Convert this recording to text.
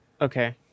Okay